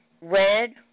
red